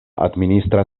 administra